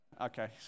Okay